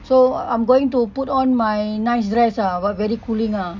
so I'm going to put on my nice dress ah !wah! very cooling ah